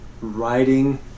writing